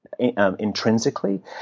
intrinsically